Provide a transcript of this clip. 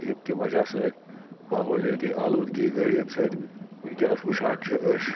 ییٚمہِ کہِ وجہ سۭتۍ ماحولِیٲتی آلودگی گٔے ییٚمہِ سۭتۍ وٕنکیٚنَس وٕچھان چھِ أسۍ